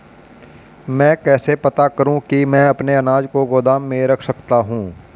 मैं कैसे पता करूँ कि मैं अपने अनाज को गोदाम में रख सकता हूँ?